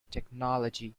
technology